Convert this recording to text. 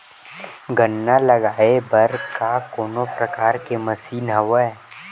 गन्ना लगाये बर का कोनो प्रकार के मशीन हवय?